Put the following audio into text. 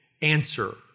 answer